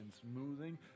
smoothing